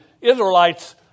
Israelites